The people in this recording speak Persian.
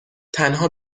تنها